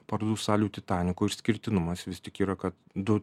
parodų salių titaniko išskirtinumas vis tik yra kad du